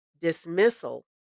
dismissal